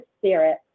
spirit